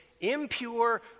impure